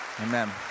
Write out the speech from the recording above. Amen